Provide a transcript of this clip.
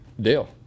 deal